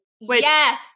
Yes